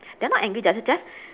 they are not angry they are just